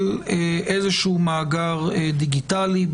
איזשהו מאגר דיגיטלי,